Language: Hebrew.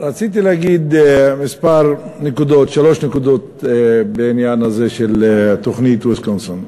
רציתי להגיד שלוש נקודות בעניין של תוכנית ויסקונסין.